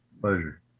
Pleasure